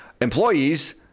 employees